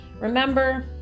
remember